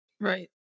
Right